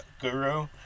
guru